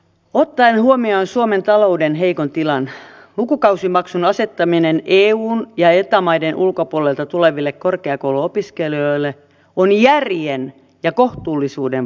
ottaen huomioon suomen talouden heikon tilan lukukausimaksun asettaminen eu ja eta maiden ulkopuolelta tuleville korkeakouluopiskelijoille on järjen ja kohtuullisuuden voitto